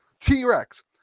T-Rex